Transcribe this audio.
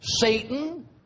Satan